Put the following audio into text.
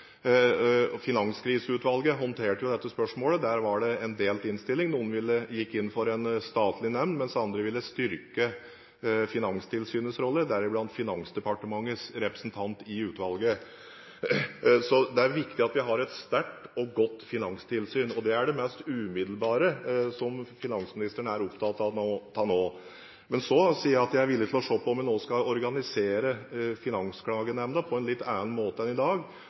deriblant Finansdepartementets representant i utvalget. Det er viktig at vi har et sterkt og godt finanstilsyn, og det er det mest umiddelbare finansministeren er opptatt av nå. Men så sier jeg at jeg er villig til å se på om en også skal organisere Finansklagenemnda på en litt annen måte enn i dag.